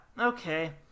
Okay